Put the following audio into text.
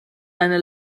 eine